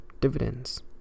dividends